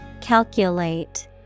Calculate